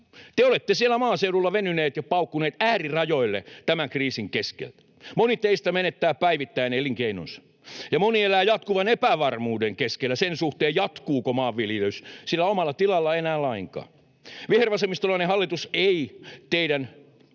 Te olette siellä maaseudulla venyneet ja paukkuneet äärirajoille tämän kriisin keskellä. Moni teistä menettää päivittäin elinkeinonsa, ja moni elää jatkuvan epävarmuuden keskellä sen suhteen, jatkuuko maanviljelys sillä omalla tilalla enää lainkaan. Vihervasemmistolainen hallitus ei teidän